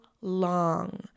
long